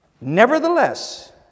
Nevertheless